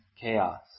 chaos